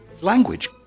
Language